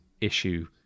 issue